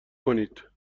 کنید